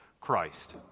christ